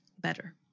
better